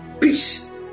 Peace